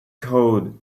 code